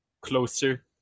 closer